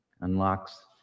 unlocks